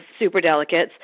superdelegates